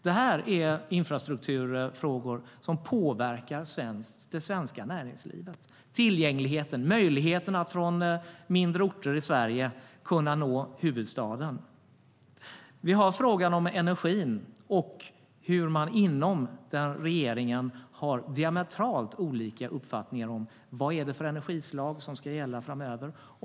Det är infrastrukturfrågor som påverkar det svenska näringslivet - tillgängligheten och möjligheten att från mindre orter i Sverige nå huvudstaden. Här finns frågan om energin och hur man inom regeringen har diametralt olika uppfattning om vad det är för energislag som ska gälla framöver.